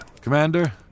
Commander